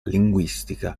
linguistica